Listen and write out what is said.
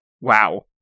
Wow